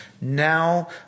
Now